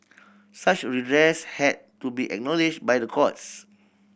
such redress had to be acknowledged by the courts